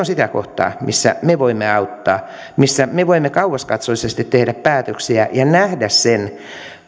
sitä kohtaa missä me voimme auttaa missä me voimme kauaskatsoisesti tehdä päätöksiä ja nähdä sen